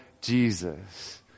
Jesus